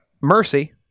Mercy